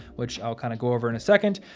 which i'll kind of go over in a second,